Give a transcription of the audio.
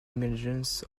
emergence